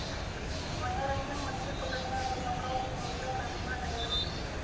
मनोरंजक मछली पकड़ने वाली नौकाओं की संख्या का अनुमान लगाना मुश्किल है